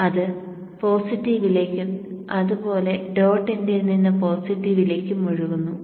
അത് പോസിറ്റീവിലേക്കും അതുപോലെ ഡോട്ട് എൻഡിൽ നിന്ന് പോസിറ്റീവിലേക്കും ഒഴുകുന്നു